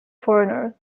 foreigner